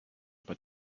but